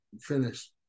finish